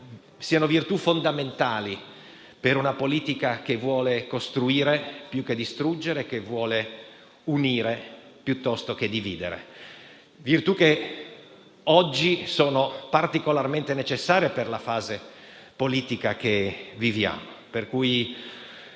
siano virtù fondamentali per una politica che vuole costruire più che distruggere, unire piuttosto che dividere. Virtù che oggi sono particolarmente necessarie per la fase politica che viviamo.